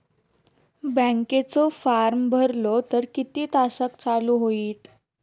बँकेचो फार्म भरलो तर किती तासाक चालू होईत?